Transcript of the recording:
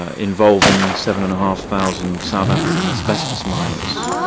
ah involving seven and a half thousand south african asbestos miners,